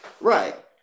Right